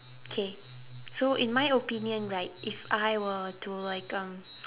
okay so in my opinion right if I were to like um